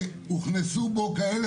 שהוא אומר שהוא לא רוצה רק רבנים ואין